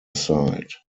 site